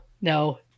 no